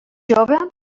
jove